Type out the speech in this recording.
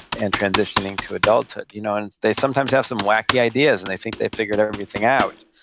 and transitioning to adulthood. you know and they sometimes have some wacky ideas, and they think they've figured everything out.